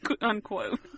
Unquote